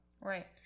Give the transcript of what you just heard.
Right